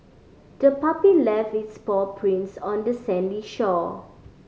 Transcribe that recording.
the puppy left its paw prints on the sandy shore